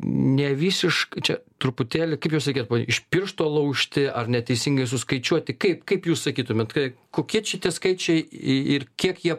nevisiškai čia truputėlį kaip jau sakyt iš piršto laužti ar neteisingai suskaičiuoti kaip kaip jūs sakytumėt kai kokie čia tie skaičiai į ir kiek jie